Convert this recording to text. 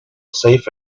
safe